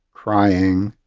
crying,